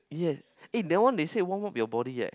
yes eh that one they say warm up your body leh yes